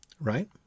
Right